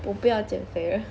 我不要减肥了